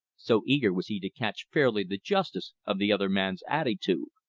so eager was he to catch fairly the justice of the other man's attitude.